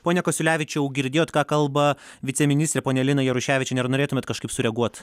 pone kasiulevičiau girdėjot ką kalba viceministrė ponia lina jaruševičienė ar norėtumėt kažkaip sureaguot